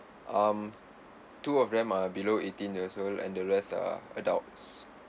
um two of them are below eighteen years old and the rest are adults